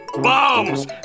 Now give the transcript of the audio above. bombs